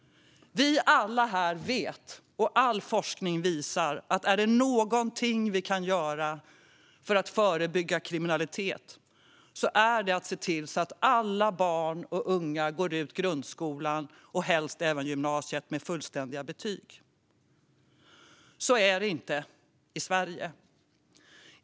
Vi alla här vet, och all forskning visar, att är det någonting vi kan göra för att förebygga kriminalitet är det att se till att alla barn och unga går ut grundskolan och helst även gymnasiet med fullständiga betyg. Så är det inte i Sverige.